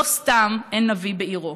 לא סתם אין נביא בעירו.